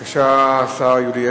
חבר הכנסת אריה אלדד